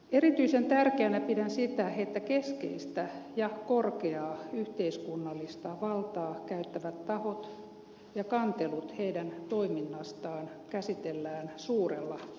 erityisen tärkeänä pidän sitä että keskeistä ja korkeaa yhteiskunnallista valtaa käyttävien tahojen toimintaa koskevat kantelut käsitellään suurella vakavuudella